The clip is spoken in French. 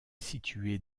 située